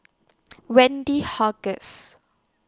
Wendy How Guess